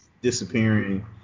disappearing